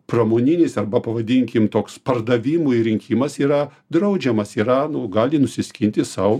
pramoninis arba pavadinkim toks pardavimui rinkimas yra draudžiamas yra nu gali nusiskinti sau